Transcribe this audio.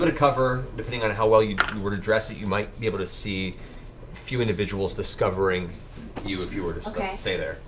bit of cover, depending on how well you you were to dress. you might be able to see few individuals discovering you if you were to stay and stay there.